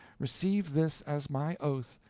receive this as my oath,